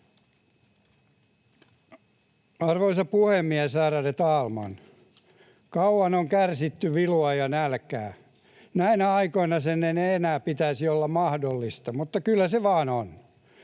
Arvoisa puhemies, ärade talman! Kauan on kärsitty vilua ja nälkää. Näinä aikoina sen ei enää pitäisi olla mahdollista, mutta kyllä se vain on.